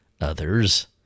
others